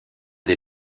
des